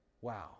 Wow